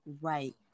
Right